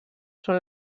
són